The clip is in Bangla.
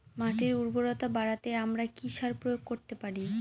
মাটির উর্বরতা বাড়াতে আমরা কি সার প্রয়োগ করতে পারি?